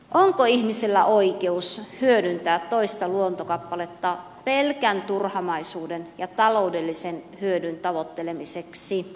onko ihmisellä oikeus hyödyntää toista luontokappaletta pelkän turhamaisuuden ja taloudellisen hyödyn tavoittelemiseksi